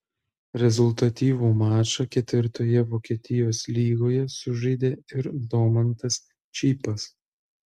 rezultatyvų mačą ketvirtoje vokietijos lygoje sužaidė ir domantas čypas